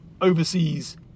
overseas